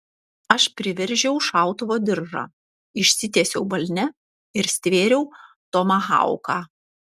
aš priveržiau šautuvo diržą išsitiesiau balne ir stvėriau tomahauką